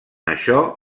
això